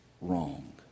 wrong